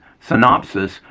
synopsis